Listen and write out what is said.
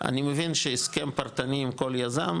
אני מבין שהסכם פרטני עם כל יזם,